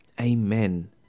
Amen